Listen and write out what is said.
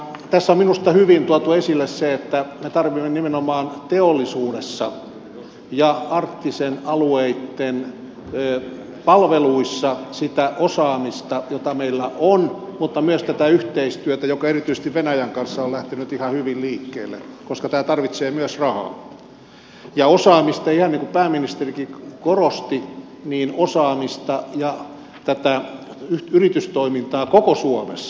tässä on minusta hyvin tuotu esille se että me tarvitsemme nimenomaan teollisuudessa ja arktisten alueitten palveluissa sitä osaamista jota meillä on mutta myös tätä yhteistyötä joka erityisesti venäjän kanssa on lähtenyt ihan hyvin liikkeelle koska tämä tarvitsee myös rahaa ja ihan niin kuin pääministerikin korosti osaamista ja yritystoimintaa koko suomessa